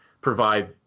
provide